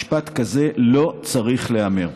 משפט כזה לא צריך להיאמר.